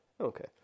Okay